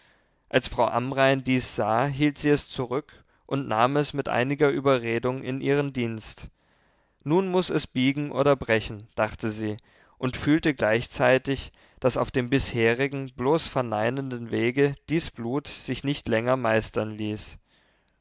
als frau amrain dies sah hielt sie es zurück und nahm es mit einiger überredung in ihren dienst nun muß es biegen oder brechen dachte sie und fühlte gleichzeitig daß auf dem bisherigen bloß verneinenden wege dies blut sich nicht länger meistern ließ